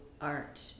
art